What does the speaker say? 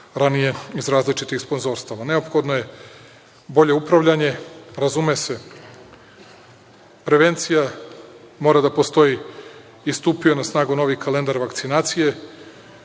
iz različitih sponzorstava. Neophodno je bolje upravljanje. Prevencija mora da postoji i stupio je na snagu novi kalendar vakcinacije.